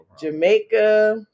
jamaica